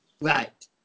Right